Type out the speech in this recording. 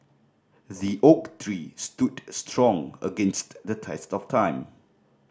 the oak tree stood strong against the test of time